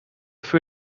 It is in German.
für